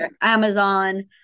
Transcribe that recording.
amazon